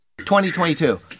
2022